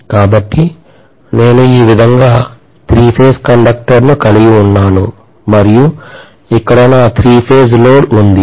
కాబట్టి నేను ఈ విధంగా త్రీ ఫేజ్ కండక్టర్లను కలిగి ఉన్నాను మరియు ఇక్కడ నా త్రీ ఫేజ్ లోడ్ ఉంది